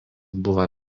buvo